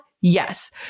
Yes